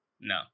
No